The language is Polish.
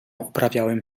uprawiałem